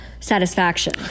Satisfaction